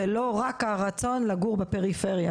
זה לא רק הרצון לגור בפריפריה.